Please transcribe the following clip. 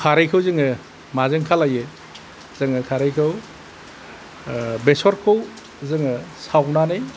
खारैखौ जोङो माजों खालामो जोङो खारैखौ बेसरखौ जोङो सावनानै